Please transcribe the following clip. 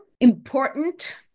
important